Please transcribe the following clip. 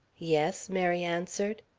yes, mary answered.